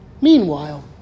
Meanwhile